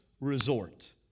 resort